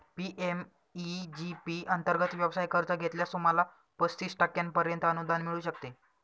PMEG P अंतर्गत व्यवसाय कर्ज घेतल्यास, तुम्हाला पस्तीस टक्क्यांपर्यंत अनुदान मिळू शकते